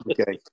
okay